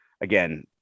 Again